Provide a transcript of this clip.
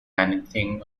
anything